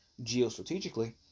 geostrategically